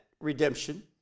redemption